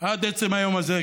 עד עצם היום הזה,